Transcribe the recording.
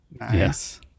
Yes